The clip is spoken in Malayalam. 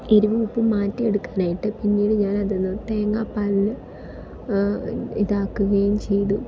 എരിവും ഉപ്പും മാറ്റിയെടുക്കാനായിട്ട് പിന്നീട് ഞാനതിൽനിന്ന് തേങ്ങാപ്പാലിൽ ഇതാക്കുകയും ചെയ്തു